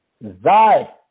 Thy